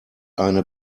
eine